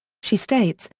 she states,